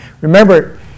Remember